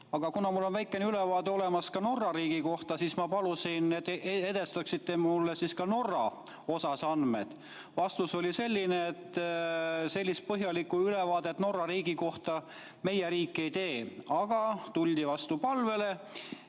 Aga kuna mul on väike ülevaade olemas Norra riigi kohta, siis ma palusin, et te edastaksite mulle ka Norra andmed. Vastus oli, et sellist põhjalikku ülevaadet Norra riigi kohta meie riik ei tee, aga palvele